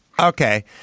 Okay